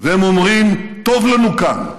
והם אומרים: טוב לנו כאן.